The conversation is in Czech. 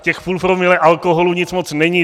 Těch půl promile alkoholu nic moc není.